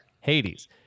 Hades